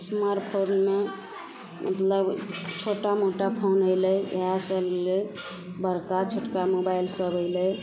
smart फोनमे मतलब छोटा मोटा फोन अएलै इएहसब अएलै बड़का छोटका मोबाइलसब अएलै